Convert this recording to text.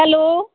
hello